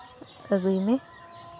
ᱟᱹᱜᱩᱭ ᱢᱮ